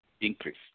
increase